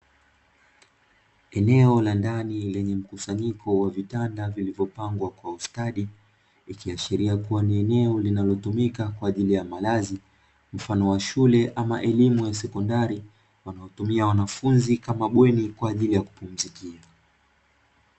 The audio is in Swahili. Eneo la ndani lenye mkusanyiko wa vitanda vilivyopangwa kwa ustadi, likiashiria kuwa ni eneo linalotumika kwa ajili ya malazi, mfano wa shule ama elimu ya sekondari; wanaotumia wanafunzi kama bweni kwa ajili ya kupumzikia.